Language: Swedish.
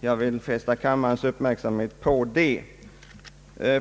Jag vill fästa kammarens uppmärksamhet på det.